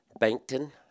Bankton